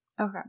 Okay